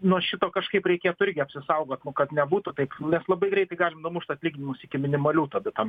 nuo šito kažkaip reikėtų irgi apsisaugot kad nebūtų taip nes labai greitai galim numušt atlyginimus iki minimalių tada tam